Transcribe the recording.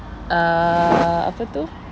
uh apa tu